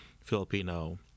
Filipino